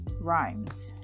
rhymes